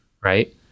right